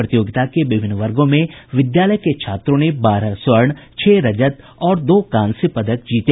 प्रतियोगिता के विभिन्न वर्गो में विद्यालय के छात्रों ने बारह स्वर्ण छह रजत और दो कांस्य पदक जीते